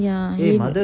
ya